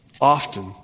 Often